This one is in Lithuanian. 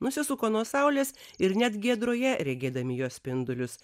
nusisuko nuo saulės ir net giedroje regėdami jo spindulius